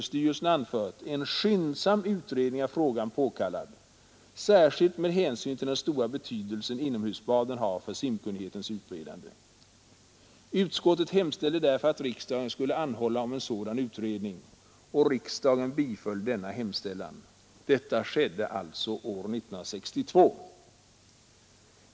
skyndsam utredning av frågan påkallad särskilt med hänsyn till den stora betydelse inomhusbaden har för simkunnighetens utbredande. Utskottet hemställde därför att riksdagen skulle anhålla om en sådan utredning, och riksdagen biföll denna hemställan. Detta skedde 1962.